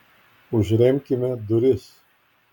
užremkime duris